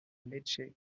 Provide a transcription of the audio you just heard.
leche